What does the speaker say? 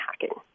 hacking